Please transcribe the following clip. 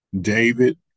David